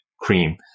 cream